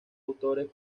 autores